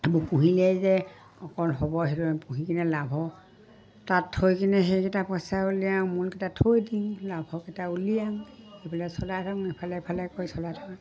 এইবোৰ পুহিলে যে অকণ হ'ব সেইটো পুহি কিনে লাভৰ তাত থৈ কিনে সেইকেইটা পইচা উলিয়াও আৰু মূলকেইটা থৈ দিম লাভৰকেইটা উলিয়াও সেইফালে চলাই থাকোঁ এইফালে এফালে কৰি চলাই থাকোঁ